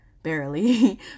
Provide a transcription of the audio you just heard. barely